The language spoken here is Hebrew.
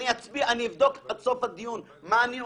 אני אבדוק עד סוף הדיון מה אני עושה.